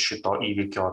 šito įvykio